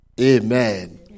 Amen